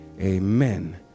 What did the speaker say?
amen